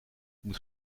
moet